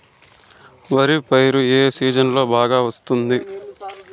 వరి పైరు ఏ సీజన్లలో బాగా వస్తుంది